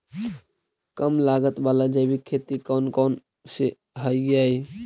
कम लागत वाला जैविक खेती कौन कौन से हईय्य?